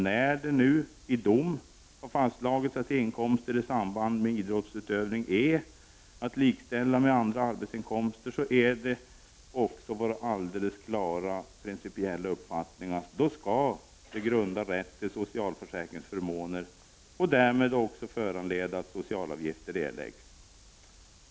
När det nu i dom fastslagits att inkomster i samband med idrottsutövning är att likställa med andra arbetsinkomster, är det vår klara, principiella uppfattning att de skall grunda rätt till socialförsäkringsförmåner och därmed föranleda att socialavgifter erläggs.